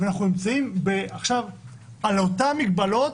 ואנחנו נמצאים עכשיו על אותן מגבלות